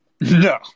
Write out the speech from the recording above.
No